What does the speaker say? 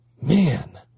man